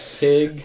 pig